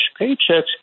paychecks